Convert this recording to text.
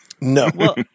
No